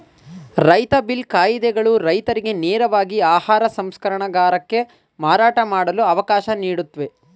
ರೈತ ಬಿಲ್ ಕಾಯಿದೆಗಳು ರೈತರಿಗೆ ನೇರವಾಗಿ ಆಹಾರ ಸಂಸ್ಕರಣಗಾರಕ್ಕೆ ಮಾರಾಟ ಮಾಡಲು ಅವಕಾಶ ನೀಡುತ್ವೆ